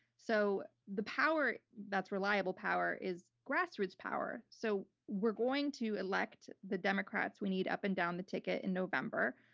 so the power that's reliable power is grassroots power. so we're going to elect the democrats we need up and down the ticket in november.